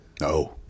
No